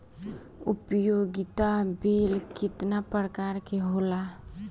उपयोगिता बिल केतना प्रकार के होला?